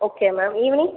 okay ma'am evening